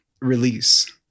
release